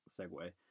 segue